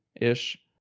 ish